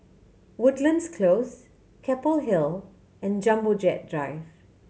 Woodlands Close Keppel Hill and Jumbo Jet Drive